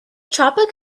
tropic